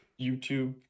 YouTube